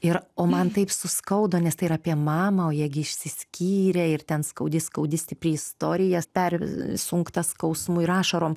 ir o man taip suskaudo nes tai yra apie mamą o jie gi išsiskyrė ir ten skaudi skaudi stipri istorija persunkta skausmu ir ašarom